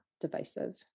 divisive